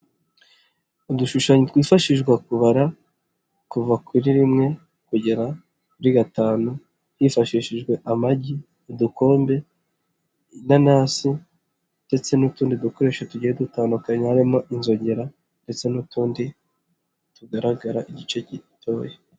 Udushushanyo twifashishwa kubara kuva kuri rimwe kugera kuri gatanu, hifashishijwe amagi, udukombe, inanasi, ndetse n'utundi dukoresho tugiye dutandukanye harimo inzogera ndetse n'utundi tugaragara igice gitoya.